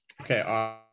Okay